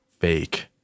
fake